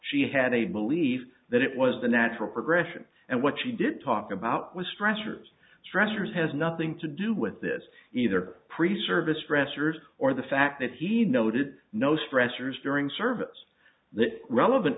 she had a belief that it was the natural progression and what she did talk about was stressors stressors has nothing to do with this either pre service stressors or the fact that he noted no stressors during service the relevant